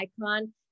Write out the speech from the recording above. icon